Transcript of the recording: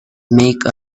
make